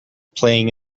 playing